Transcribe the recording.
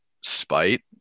spite